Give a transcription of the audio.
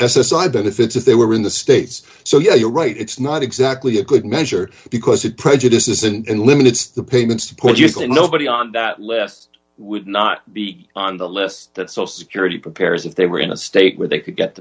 i benefits if they were in the states so yeah you're right it's not exactly a good measure because it prejudices and limits the payments to put usually nobody on that list would not be on the list that social security prepares if they were in a state where they could get